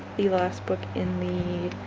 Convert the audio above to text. the last book in the